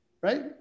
right